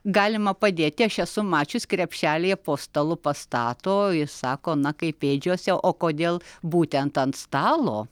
galima padėti aš esu mačius krepšelyje po stalu pastato i sako na kaip ėdžiose o kodėl būtent ant stalo